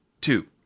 two